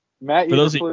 matt